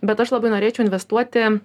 bet aš labai norėčiau investuoti